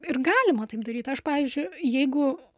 ir galima taip daryt aš pavyzdžiui jeigu